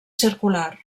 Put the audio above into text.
circular